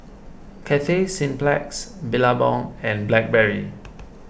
Cathay Cineplex Billabong and Blackberry